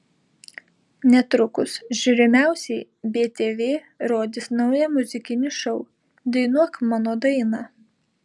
netrukus žiūrimiausiai btv rodys naują muzikinį šou dainuok mano dainą